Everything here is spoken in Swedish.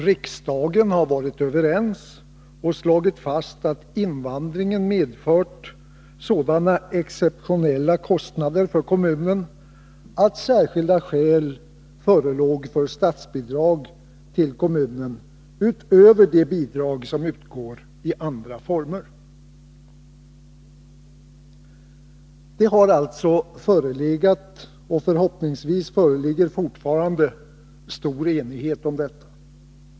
Riksdagen har varit överens på denna punkt och slagit fast att invandringen medfört sådana exceptionella kostnader för kommunen att särskilda skäl förelåg för statsbidrag till kommunen utöver de bidrag som utgår i andra former. Det har alltså förelegat, och föreligger förhoppningsvis fortfarande, stor enighet om detta.